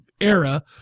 era